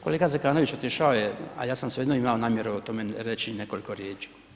Kolega Zekanović, otišao je, ali ja sam svejedno imao namjeru o tome reći nekoliko riječi.